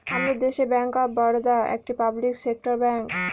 আমাদের দেশে bank of Baroda একটি পাবলিক সেক্টর ব্যাঙ্ক